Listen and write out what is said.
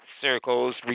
circles